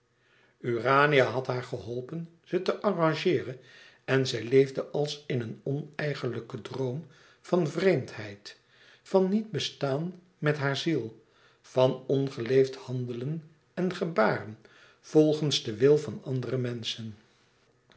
urania had haar geholpen ze te arrangeeren en zij leefde als in een oneigenlijken droom van vreemdheid van niet bestaan met haar ziel van ongeleefd handelen en gebaren volgens den wil van andere menschen